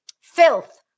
filth